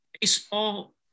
baseball